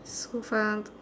so far